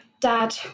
Dad